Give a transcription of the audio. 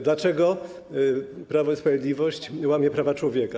Dlaczego Prawo i Sprawiedliwość łamie prawa człowieka?